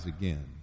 again